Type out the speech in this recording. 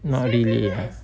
not really